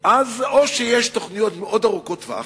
אז או שיש תוכניות מאוד ארוכות טווח,